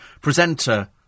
presenter